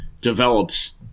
develops